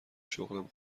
شغلم